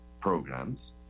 programs